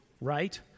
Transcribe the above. right